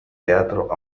teatro